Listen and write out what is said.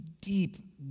deep